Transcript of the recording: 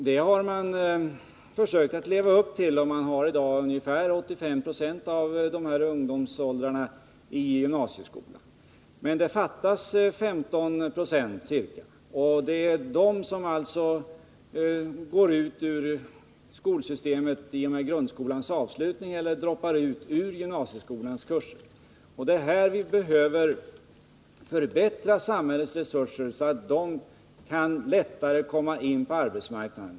Det har man försökt leva upp till. Man har i dag ungefär 85 20 av ungdomarna i de här åldrarna i gymnasieskolan. Det fattas cirka 15 90, och det är de som alltså går ut ur skolsystemet i och med grundskolans avslutning eller ”droppar ut” ur gymnasieskolans kurser. Det är här vi behöver förbättra samhällets resurser, så att de lättare kan komma in på arbetsmarknaden.